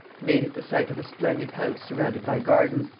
made it the site of a splendid house surrounded by gardens,